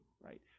right